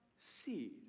seed